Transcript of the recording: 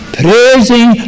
praising